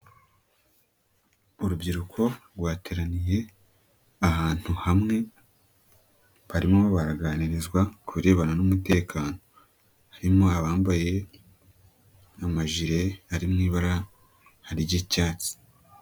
Urubyiruko rwateraniye ahantu hamwe barimo baraganirizwa ku birebana n'umutekano, harimo abambaye amajire ari mu ibara ry'icyatsi.